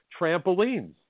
trampolines